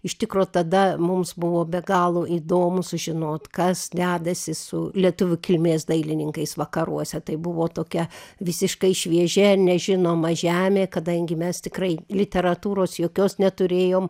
iš tikro tada mums buvo be galo įdomu sužinot kas dedasi su lietuvių kilmės dailininkais vakaruose tai buvo tokia visiškai šviežia nežinoma žemė kadangi mes tikrai literatūros jokios neturėjom